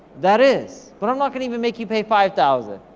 that is, but i'm not gonna even make you pay five thousand,